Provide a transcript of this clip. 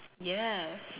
yes